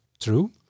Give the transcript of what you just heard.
true